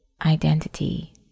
identity